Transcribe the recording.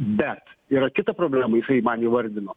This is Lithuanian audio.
bet yra kita problema jisai man įvardino